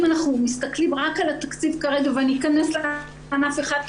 אנחנו מסתכלים רק על התקציב כרגע ואני אכנס לענף אחד,